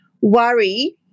worry